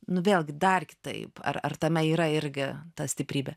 nu vėlgi dar kitaip ar ar tame yra irgi ta stiprybė